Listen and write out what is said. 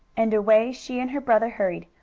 and away she and her brother hurried,